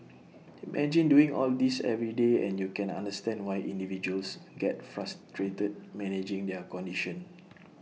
imagine doing all this every day and you can understand why individuals get frustrated managing their condition